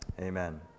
amen